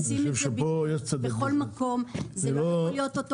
אני חושב שיש צדק בטענה של היבואנים.